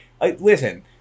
listen